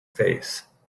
face